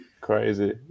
Crazy